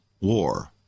war